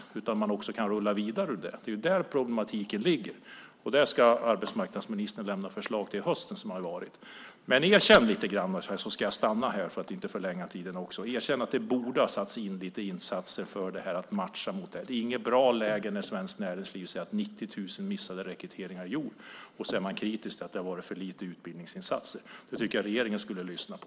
Det är där problemet ligger. Där ska arbetsmarknadsministern lämna förslag i höst. Erkänn att det borde ha gjorts insatser för att matcha. Det är inte något bra läge när Svenskt Näringsliv säger att man har 90 000 missade rekryteringar och är kritisk till att det har varit för lite utbildningsinsatser. Det tycker jag att regeringen skulle lyssna på.